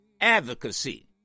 advocacy